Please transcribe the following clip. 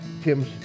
Tim's